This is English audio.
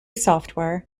software